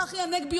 צחי הנגבי,